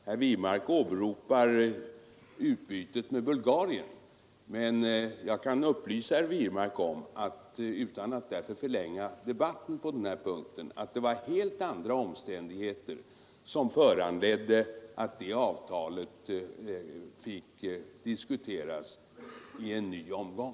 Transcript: Herr Wirmark åberopar utbytet med Bulgarien, men jag kan upplysa herr Wirmark om, utan att därför förlänga debatten på den här punkten, att det var helt andra omständigheter som föranledde att det avtalet om forskarutbyte fick diskuteras i en ny omgång.